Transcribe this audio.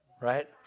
right